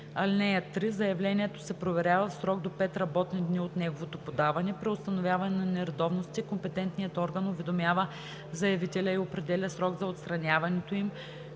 (3) Заявлението се проверява в срок до 5 работни дни от неговото подаване. При установяване на нередовности, компетентният орган уведомява заявителя и определя срок за отстраняването им,